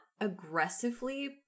aggressively